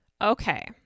okay